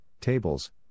tables